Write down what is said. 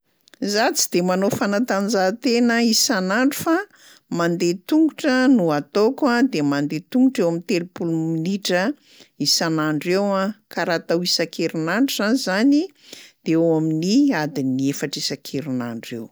Za tsy de manao fantanjahantena isan'andro fa mandeha tongotra no ataoko a, de mandeha tongotra eo am'telopolo minitra isan'andro eo a, ka raha atao isan-kerinandro zany zany de eo amin'ny adiny efatra isan-kerinandro eo.